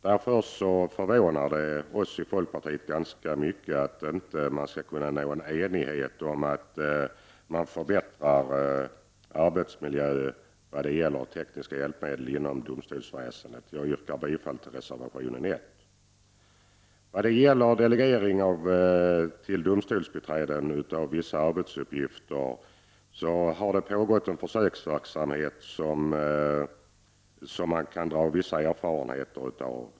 Därför förvånar det oss i folkpartiet ganska mycket att det inte skall kunna bli enighet om att förbättra arbetsmiljön i vad gäller tekniska hjälpmedel inom domstolsväsendet. Jag yrkar bifall till reservation äv När det gäller delegering till domstolsbiträden av vissa arbetsuppgifter kan det nämnas att det har pågått en försöksverksamhet som man kan dra vissa erfarenheter av.